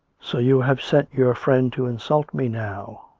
so you have sent your friend to insult me, now!